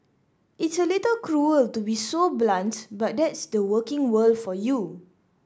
it's a little cruel to be so blunt but that's the working world for you